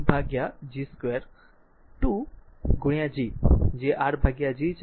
i2 G2 2 G જે r ભાગ્યા G છે